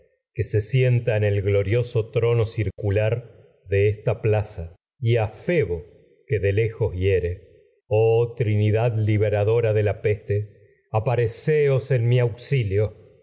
que se sienta en el glorioso trono circular de esta plaza dora y a febo que de lejos hiere oh trinidad libera en de la peste apareceos mi auxilio